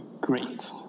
great